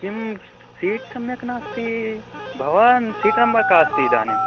किं सीट् सम्यक् नास्ति भवान् सीताम्ब का अस्ति इदानीम्